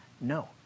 No